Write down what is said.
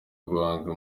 guhanga